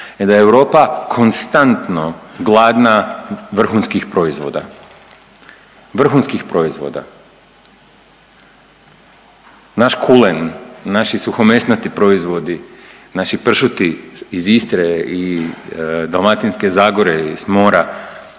je da je Europa konstantno gladna vrhunskih proizvoda, vrhunskih proizvoda, naš kulen, naši suhomesnati proizvodi, naši pršuti iz Istre i Dalmatinske zagore i s mora,